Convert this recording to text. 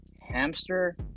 hamster